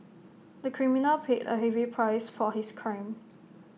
the criminal paid A heavy price for his crime